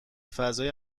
فضای